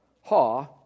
Haw